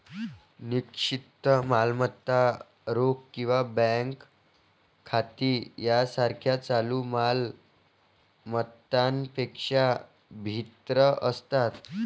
निश्चित मालमत्ता रोख किंवा बँक खाती यासारख्या चालू माल मत्तांपेक्षा भिन्न असतात